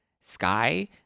Sky